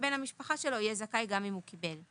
- בן המשפחה שלו יהיה זכאי גם אם הנכה קיבל.